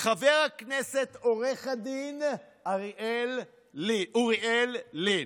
חבר הכנסת עו"ד אוריאל לין.